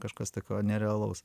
kažkas tokio nerealaus